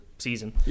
Season